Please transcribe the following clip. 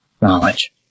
knowledge